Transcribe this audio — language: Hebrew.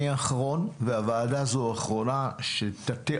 אני האחרון והוועדה הזאת האחרונה שנטה